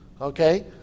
Okay